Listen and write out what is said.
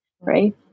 right